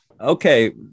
Okay